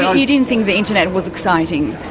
so you didn't think the internet was exciting?